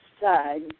side